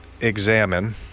examine